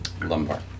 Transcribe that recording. Lumbar